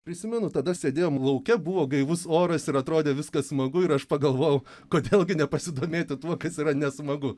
prisimenu tada sėdėjom lauke buvo gaivus oras ir atrodė viskas smagu ir aš pagalvojau kodėl gi nepasidomėti tuo kas yra nesmagu